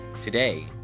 Today